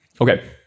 Okay